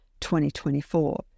2024